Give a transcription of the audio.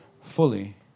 fully